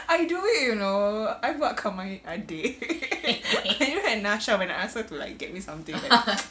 I do it you know I've got come my adik I do it at nasha when I ask her to like get me something